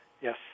Yes